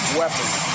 weapons